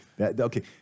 Okay